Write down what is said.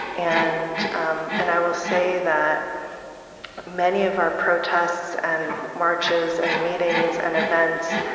and um and i will say that many of our protests and marches and meetings and events,